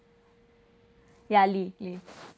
ya lee mm